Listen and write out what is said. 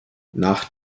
nach